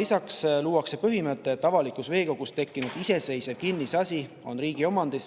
Lisaks luuakse põhimõte, et avalikus veekogus tekkinud iseseisev kinnisasi on riigi omandis